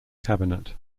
cabinet